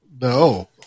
No